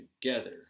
together